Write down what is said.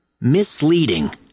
misleading